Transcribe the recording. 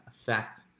effect